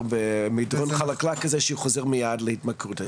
במדרון חלקלק שהוא חוזר מייד להתמכרות.